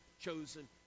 chosen